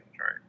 right